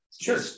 Sure